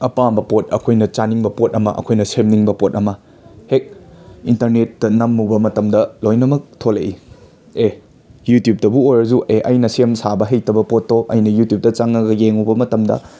ꯑꯄꯥꯝꯕ ꯄꯣꯠ ꯑꯩꯈꯣꯏꯅ ꯆꯥꯅꯤꯡꯕ ꯄꯣꯠ ꯑꯃ ꯑꯩꯈꯣꯏꯅ ꯁꯦꯝꯅꯤꯡꯕ ꯄꯣꯠ ꯑꯃ ꯍꯦꯛ ꯏꯟꯇꯔꯅꯦꯠꯇ ꯅꯝꯃꯨꯕ ꯃꯇꯝꯗ ꯂꯣꯏꯅꯃꯛ ꯊꯣꯛꯂꯛꯏ ꯑꯦ ꯌꯨꯇ꯭ꯌꯨꯕꯇꯕꯨ ꯑꯣꯏꯔꯁꯨ ꯑꯦ ꯑꯩꯅ ꯁꯦꯝ ꯁꯥꯕ ꯍꯩꯇꯕ ꯄꯣꯠꯇꯣ ꯑꯩꯅ ꯌꯨꯇ꯭ꯌꯨꯕꯇ ꯆꯪꯉꯒ ꯌꯦꯡꯉꯨꯕ ꯃꯇꯝꯗ